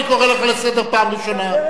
אני קורא לך לסדר פעם ראשונה.